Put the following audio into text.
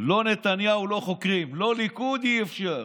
לא נתניהו, לא חוקרים, לא ליכוד, אי-אפשר.